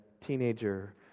teenager